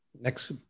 Next